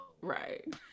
Right